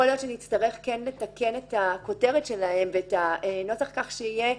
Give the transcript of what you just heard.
יכול להיות שמצטרך כן לתקן את הכותרת שלהן ואת הנוסח כך שיהיה: